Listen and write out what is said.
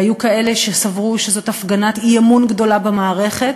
היו כאלה שסברו שזו הפגנת אי-אמון גדולה במערכת,